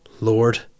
Lord